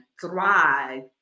thrive